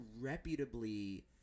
reputably